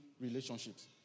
relationships